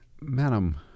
Madam